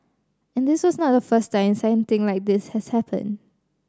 and this was not the first time something like this has happened